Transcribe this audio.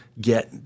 get